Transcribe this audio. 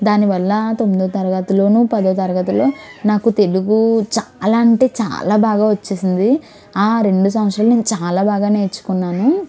దాని వల్ల తొమ్మిదో తరగతిలోనూ పదో తరగతిలో నాకు తెలుగు చాలా అంటే చాలా బాగా వచ్చేసింది ఆ రెండు సంవత్సరాలు నేను చాలా బాగా నేర్చుకున్నాను